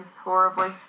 horribly